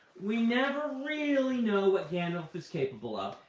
we never really know what gandalf is capable of.